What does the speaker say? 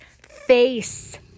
face